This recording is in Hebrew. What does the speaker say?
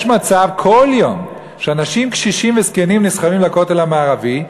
יש מצב כל יום שאנשים קשישים וזקנים נסחבים לכותל המערבי,